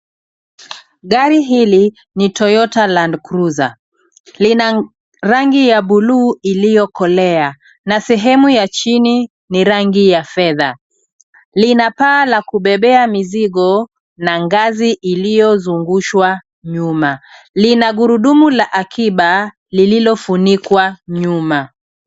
Gari hili ni Toyota land cruiser. Lina rangi mbili, rangi ya buluu iliyokolea na sehemu ya chini ni rangi ya fedha. Lina paa ya kubebea mizigo na ngazi iliyozungushwa nyuma. Lina gurudumu la akiba lililofunikwa nyuma.